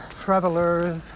travelers